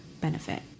benefit